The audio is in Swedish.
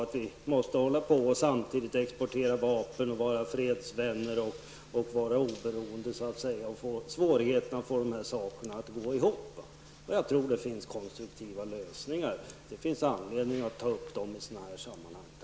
Det kan inte vara lätt att samtidigt vara vapenexportör och fredsvän samt oberoende av andra. Det uppstår svårigheter att få dessa saker att gå ihop. Jag tror dock att det finns konstruktiva lösningar som vi har anledning att diskutera i ett sammanhang som detta.